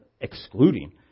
excluding